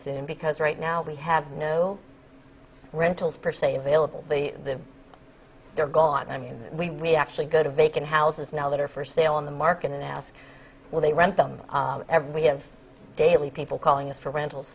soon because right now we have no rentals per se available the they're gone i mean we actually go to vacant houses now that are for sale in the market and ask where they rent them every day of daily people calling us for rentals